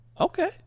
Okay